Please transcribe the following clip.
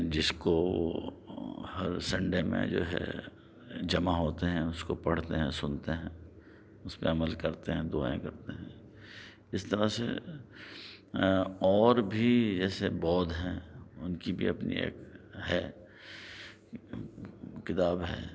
جس کو وہ ہر سنڈے میں جو ہے جمع ہوتے ہیں اُس کو پڑھتے ہیں سُنتے ہیں اُس پہ عمل کرتے ہیں دعائیں کرتے ہیں اِس طرح سے اور بھی جیسے بودھ ہیں اُن کی بھی اپنی ایک ہے کتاب ہے